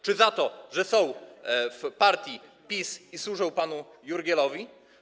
Czy za to, że są w partii PiS i służą panu Jurgielowi?